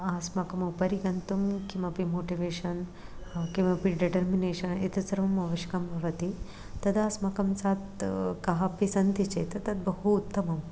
अस्माकम् उपरि गन्तुं किमपि मोटिवेशन् किमपि डेटर्मिनेशन् एतत् सर्वम् आवश्यकं भवति तदा अस्माकं सात् कः अपि सन्ति चेत् तत् बहु उत्तमं